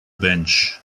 bench